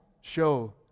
show